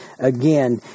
Again